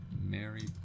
Mary